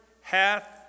hath